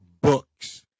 books